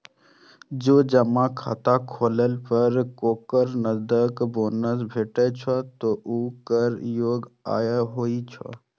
जौं जमा खाता खोलै पर केकरो नकद बोनस भेटै छै, ते ऊ कर योग्य आय होइ छै